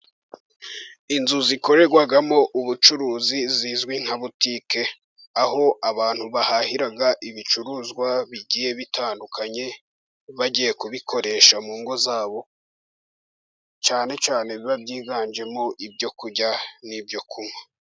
Inzu zikorerwamo ubucuruzi, zizwi nka butike, aho abantu bahahira ibicuruzwa bigiye bitandukanye, bagiye kubikoresha mu ngo zabo, cyane cyane biba byiganjemo ibyo kurya n'ibyo kunywa.